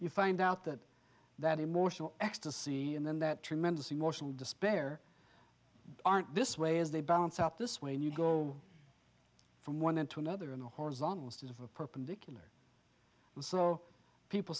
you find out that that emotional ecstasy and then that tremendous emotional despair aren't this way as they balance out this way and you go from one end to another in a horizontal sort of a perpendicular so people